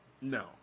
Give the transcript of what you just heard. No